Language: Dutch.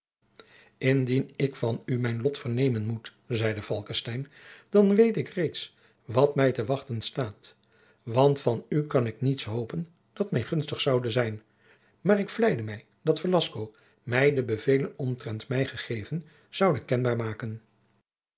indien ik van u mijn lot vernemen moet zeide falckestein dan weet ik reeds wat mij te wachten staat want van u kan ik niets hopen dat mij gunstig zoude zijn doch ik vleide mij dat velasco mij de bevelen omtrent mij gegeven zoude kenbaar maken